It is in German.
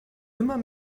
immer